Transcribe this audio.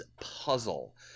puzzle